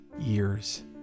years